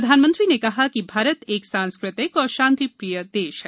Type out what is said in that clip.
प्रधानमंत्री ने कहा कि भारत एक सांस्कृतिक और शांतिप्रिय देश है